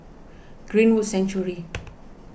Greenwood Sanctuary